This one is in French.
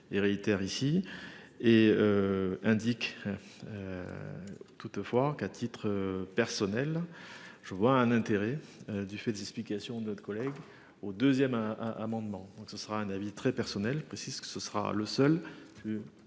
Et réitère ici et. Indique. Toutefois qu'à titre personnel je vois un intérêt du fait des explications de notre collègue au deuxième un amendement donc ce sera un avis très personnel que c'est ce que ce sera le seul. Un doute